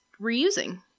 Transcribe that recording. reusing